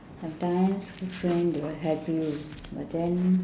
sometimes good friend they will help you but then